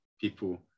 people